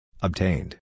Obtained